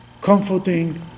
Comforting